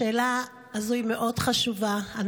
השאלה הזו היא חשובה מאוד.